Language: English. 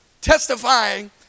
testifying